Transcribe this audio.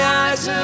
eyes